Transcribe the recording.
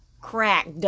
Cracked